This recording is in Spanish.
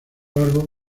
algo